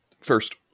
First